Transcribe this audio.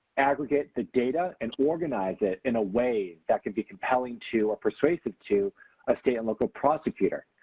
aggregate the data and organize it in a way that could be compelling to or persuasive to a state and local prosecutor.